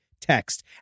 text